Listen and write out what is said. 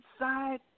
inside